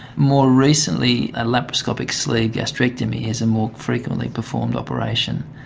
more recently a laparoscopic sleeve gastrectomy is a more frequently performed operation.